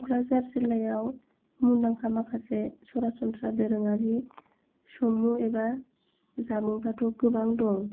क'क्राझार जिलायाव मुंदांंखा माखासे सरासनस्रा दोरोङारि संमुं एबा जामुंफोराथ' गोबां दं